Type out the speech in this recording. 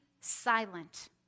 silent